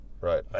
Right